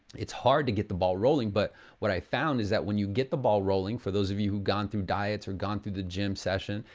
it's hard to get the ball rolling. but what i found is that when you get the ball rolling for those of you who've gone through diets, or gone through the gym session,